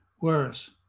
worse